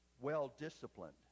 well-disciplined